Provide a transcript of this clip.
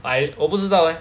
I 我不知道 leh